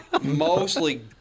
Mostly